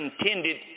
intended